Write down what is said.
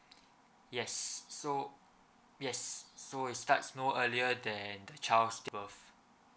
yes so yes so it starts no earlier than the child's date of birth